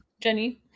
Jenny